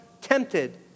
tempted